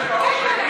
יפה.